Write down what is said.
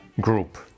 group